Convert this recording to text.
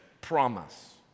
promise